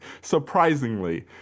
Surprisingly